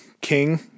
king